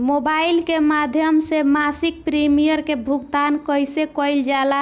Mobile के माध्यम से मासिक प्रीमियम के भुगतान कैसे कइल जाला?